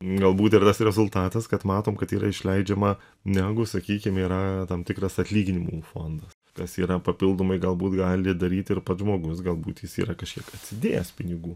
galbūt ir tas rezultatas kad matom kad yra išleidžiama negu sakykim yra tam tikras atlyginimų fondas tas yra papildomai galbūt gali daryti ir pats žmogus galbūt jis yra kažkiek atsidėję pinigų